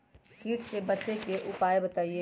कीट से बचे के की उपाय हैं बताई?